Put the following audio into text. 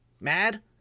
mad